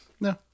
No